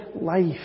life